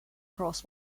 cross